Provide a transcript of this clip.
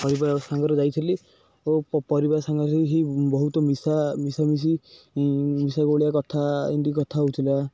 ପରିବାର ସାଙ୍ଗରେ ଯାଇଥିଲି ଓ ପରିବାର ସାଙ୍ଗରେ ହିଁ ବହୁତ ମିଶା ମିଶାମିଶି ମିଶା ଗୋଳିଆ କଥା ଏତି କଥା ହଉଥିଲା